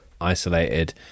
isolated